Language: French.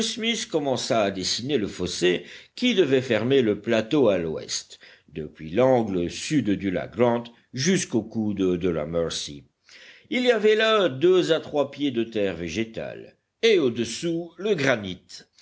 commença à dessiner le fossé qui devait fermer le plateau à l'ouest depuis l'angle sud du lac grant jusqu'au coude de la mercy il y avait là deux à trois pieds de terre végétale et au-dessous le granit